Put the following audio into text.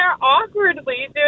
awkwardly